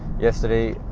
yesterday